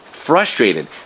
Frustrated